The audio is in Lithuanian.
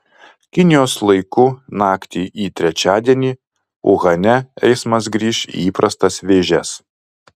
kinijos laiku naktį į trečiadienį uhane eismas grįš į įprastas vėžes